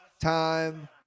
time